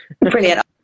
brilliant